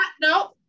no